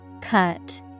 Cut